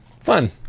fun